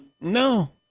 no